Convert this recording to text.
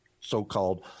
so-called